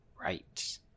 Right